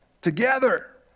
Together